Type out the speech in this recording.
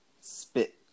spit